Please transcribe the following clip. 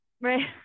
Right